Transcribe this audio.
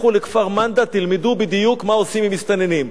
לכו לכפר-מנדא, תלמדו בדיוק מה עושים עם מסתננים,